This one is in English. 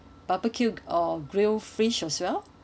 barbecue or grill fish as well